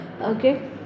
okay